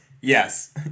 Yes